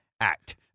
Act